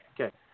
Okay